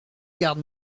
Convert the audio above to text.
garde